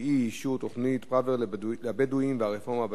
אישור תוכנית פראוור לבדואים והרפורמה בנגב.